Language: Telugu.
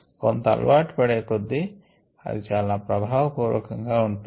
కొంత అలవాటు పడే కొద్దీ ఇది చాలా ప్రభావ పూర్వకంగా ఉంటుంది